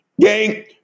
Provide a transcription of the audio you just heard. Gang